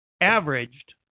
averaged